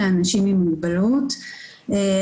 לאנשים עם מוגבלות (הסדרת נגישות לשירותי תחבורה ציבורית).